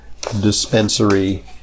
dispensary